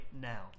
now